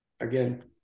again